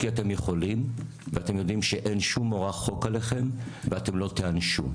כי אתם יכולים ואתם יודעים שאין שום מורא חוק עליכם ואתם לא תיענשו.